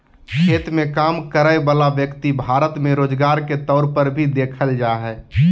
खेत मे काम करय वला व्यक्ति भारत मे रोजगार के तौर पर भी देखल जा हय